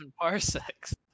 parsecs